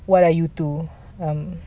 what are you two um